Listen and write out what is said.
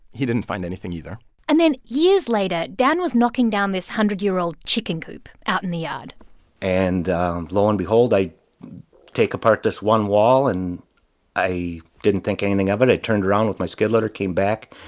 he didn't find anything either and then years later, dan was knocking down this one hundred year old chicken coop out in the yard and lo and behold, i take apart this one wall, and i didn't think anything of it. i turned around with my skid loader. came back,